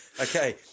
Okay